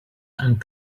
and